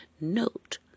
Note